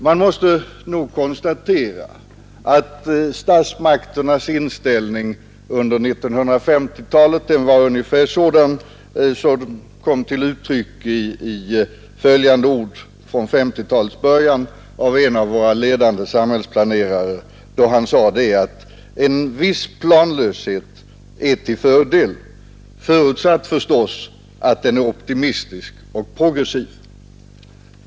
Man måste nog konstatera att statsmakternas inställning under 1950-talet var ungefär sådan som den kom till uttryck i några ord från det årtiondets början av en av våra ledande samhällsplanerare, när han sade att en viss planlöshet är till fördel, förutsatt förstås att den är optimistisk och progressiv.